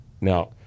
now